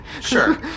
Sure